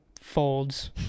folds